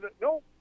no